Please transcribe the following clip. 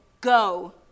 go